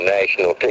national